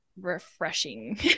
refreshing